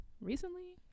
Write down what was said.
recently